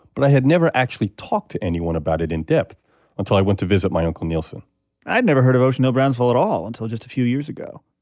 but i had never actually talked to anyone about it in depth until i went to visit my uncle neilson i'd never heard of ocean hill-brownsville at all until just a few years ago,